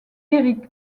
éric